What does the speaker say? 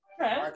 Okay